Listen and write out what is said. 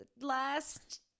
last